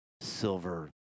silver